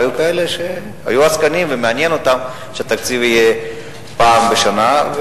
והיו כאלה שהיו עסקנים ומעניין אותם שהתקציב יהיה פעם בשנה.